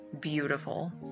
beautiful